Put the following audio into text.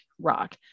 rock